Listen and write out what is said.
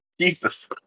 Jesus